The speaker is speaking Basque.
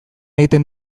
egiten